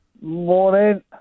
Morning